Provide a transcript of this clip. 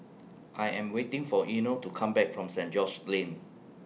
I Am waiting For Eino to Come Back from Saint George's Lane